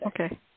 okay